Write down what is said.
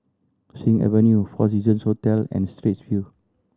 Sing Avenue Four Seasons Hotel and Straits View